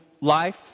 life